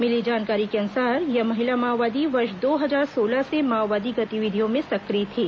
मिली जानकारी के अनुसार यह महिला माओवादी वर्ष दो हजार सोलह से माओवादी गतिविधियों में सक्रिय थी